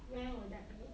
when would that be